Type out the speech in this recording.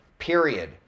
period